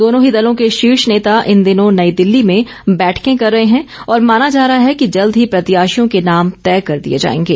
दोनों ही दलों के शीर्ष नेता इन दिनों नई दिल्ली में बैठकें कर रहे हैं और माना जा रहा है कि जल्द ही प्रत्याशियों के नाम तय कर दिए जाएंगे